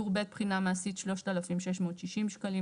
טור ב', בחינה מעשית: 3,660 שקלים.